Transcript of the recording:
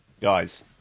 Guys